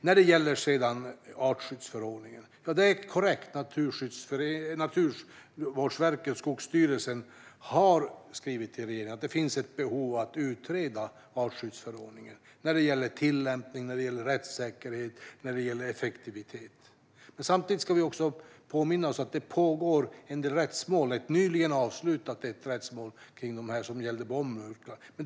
När det sedan gäller artskyddsförordningen är det korrekt att Naturvårdsverket och Skogsstyrelsen har skrivit till regeringen om att det finns ett behov att utreda artskyddsförordningen när det gäller tillämpningen, rättssäkerhet och effektivitet. Samtidigt ska vi påminna oss om att det pågår en del rättsmål. Ett nyligen avslutat rättsmål gällde bombmurklan.